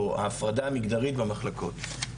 או ההפרדה המגדרית במחלקות.